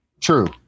True